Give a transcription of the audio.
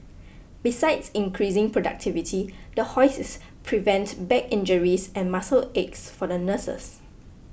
besides increasing productivity the hoists prevent back injuries and muscle aches for the nurses